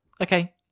okay